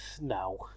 No